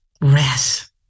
rest